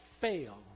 fail